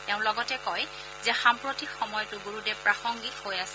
তেওঁ লগতে কয় যে সাম্প্ৰতিক সময়তো গুৰুদেৱ প্ৰাসংগিক হৈ আছে